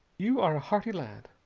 you are a hearty lad.